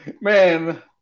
man